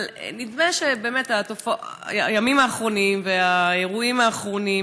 אבל נדמה שבאמת בימים האחרונים ובאירועים האחרונים,